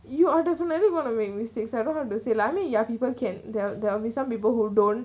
you are definitely wanna make mistakes I don't have to say lah I mean there are people can there there will be some people who don't